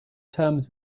terms